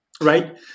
right